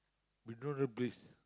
we don't know the place